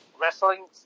wrestling